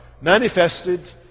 manifested